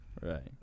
Right